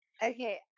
Okay